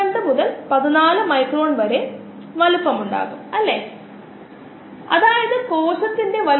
വാസ്തവത്തിൽ സബ്സ്ട്രേറ്റ് മിശ്രിതമുണ്ടെങ്കിൽ പലതവണ കോശങ്ങൾ ഗ്ലൂക്കോസിനെ ഇഷ്ടപ്പെടുന്നു